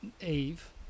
eve